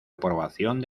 aprobación